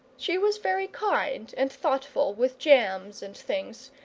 she was very kind and thoughtful with jams and things,